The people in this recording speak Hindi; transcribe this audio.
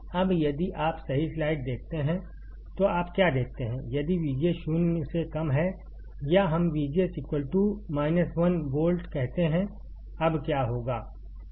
अब यदि आप सही स्लाइड देखते हैं तो आप क्या देखते हैं यदि VGS 0 से कम है या हम VGS 1 वोल्ट कहते हैं अब क्या होगा